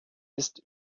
ist